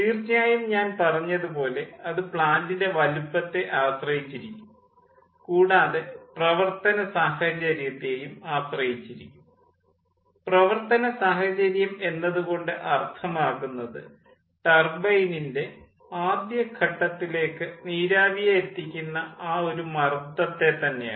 തീർച്ചയായും ഞാൻ പറഞ്ഞതുപോലെ അത് പ്ലാൻ്റിൻ്റെ വലുപ്പത്തെ ആശ്രയിച്ചിരിക്കും കൂടാതെ പ്രവർത്തന സാഹചര്യത്തെയും ആശ്രയിച്ചിരിക്കും പ്രവർത്തന സാഹചര്യം എന്നതുകൊണ്ട് അർത്ഥമാക്കുന്നത് ടർബൈനിൻ്റെ ആദ്യ ഘട്ടത്തിലേക്ക് നീരാവിയെ എത്തിക്കുന്ന ആ ഒരു മർദ്ദത്തെ തന്നെയാണ്